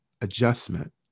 adjustment